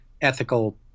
ethical